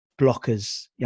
blockers